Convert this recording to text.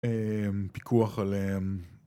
פיקוח עליהם